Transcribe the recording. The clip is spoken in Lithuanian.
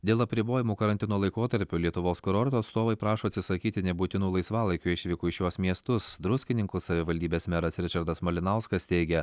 dėl apribojimų karantino laikotarpiu lietuvos kurortų atstovai prašo atsisakyti nebūtinų laisvalaikiui išvykų į šiuos miestus druskininkų savivaldybės meras ričardas malinauskas teigia